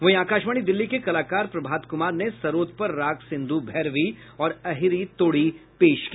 वहीं आकाशवाणी दिल्ली के कलाकार प्रभात कुमार ने सरोद पर राग सिंधु भैरवी और अहिरी तोड़ी पेश की